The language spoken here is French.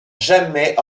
jamais